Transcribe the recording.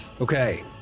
Okay